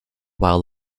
while